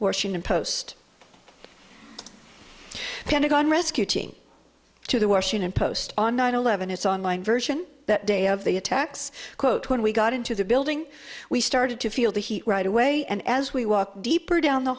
washington post pentagon rescue team to the washington post on nine eleven its online version that day of the attacks quote when we got into the building we started to feel the heat right away and as we walked deeper down the